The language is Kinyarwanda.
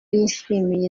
yishimiye